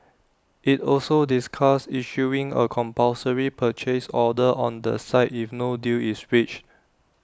IT also discussed issuing A compulsory purchase order on the site if no deal is reached